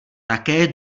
také